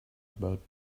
about